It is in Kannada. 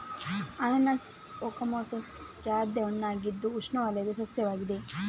ಅನಾನಸ್ ಓಕಮೊಸಸ್ ಖಾದ್ಯ ಹಣ್ಣಾಗಿದ್ದು ಉಷ್ಣವಲಯದ ಸಸ್ಯವಾಗಿದೆ